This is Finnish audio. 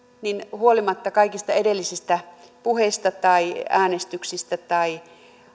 huolimatta kaikista edellisistä puheista tai äänestyksistä tai